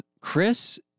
Chris